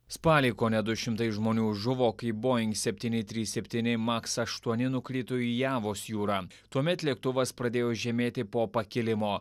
spalį kone du šimtai žmonių žuvo kai boing septyni trys septyni maks aštuoni nukrito į javos jūrą tuomet lėktuvas pradėjo žemėti po pakilimo